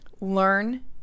learn